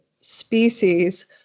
species